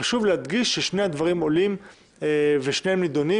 חשוב להדגיש ששני הדברים עולים ושניהם נידונים,